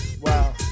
wow